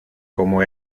como